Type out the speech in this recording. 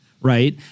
Right